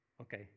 Okay